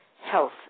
health